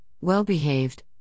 well-behaved